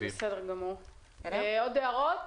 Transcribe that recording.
עוד הערות?